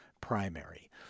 primary